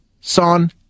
son